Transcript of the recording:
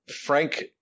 Frank